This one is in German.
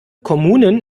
kommunen